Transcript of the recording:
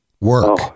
work